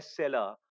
bestseller